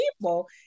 people